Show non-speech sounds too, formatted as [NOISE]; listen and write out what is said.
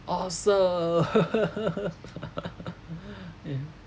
awesome [LAUGHS] yeah